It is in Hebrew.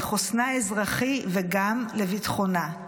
לחוסנה האזרחי וגם לביטחונה,